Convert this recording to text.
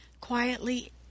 Quietly